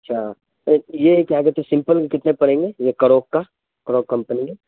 اچھا تو یہ کیا کہتے ہیں سمپل کتنے کے پڑیں گے یہ کروک کا کروک کمپنی کا